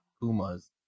Pumas